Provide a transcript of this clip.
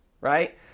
right